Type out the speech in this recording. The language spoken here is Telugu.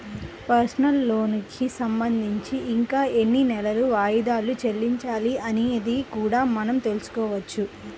పర్సనల్ లోనుకి సంబంధించి ఇంకా ఎన్ని నెలలు వాయిదాలు చెల్లించాలి అనేది కూడా మనం తెల్సుకోవచ్చు